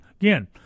again